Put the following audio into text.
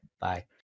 Bye